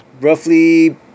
roughly